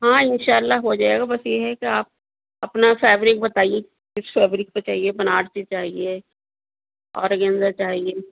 ہاں انشاء اللہ ہو جائے گا بس یہ ہے کہ آپ اپنا فیبرک بتائیے کس فیبرک پہ چاہیے بنارسی چاہیے اورگینزا چاہیے